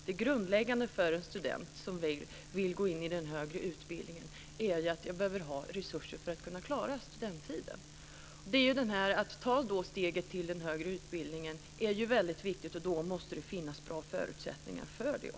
Det grundläggande för en student som vill gå in i den högre utbildningen är ju att det behövs resurser för att kunna klara studenttiden. Detta med att ta steget till högre utbildning är väldigt viktigt, och då måste det också finnas bra förutsättningar för det.